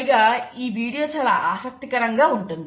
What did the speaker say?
పైగా ఈ వీడియో చాలా ఆసక్తికరంగా ఉంటుంది